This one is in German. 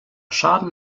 schaden